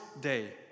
day